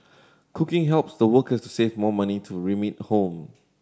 cooking helps the workers save more money to remit home